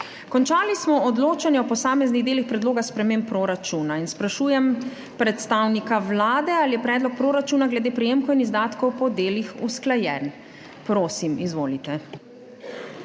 Končali smo odločanje o posameznih delih predloga sprememb proračuna. Sprašujem predstavnika Vlade, ali je predlog proračuna glede prejemkov in izdatkov po delih usklajen. Prosim, izvolite.